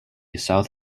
south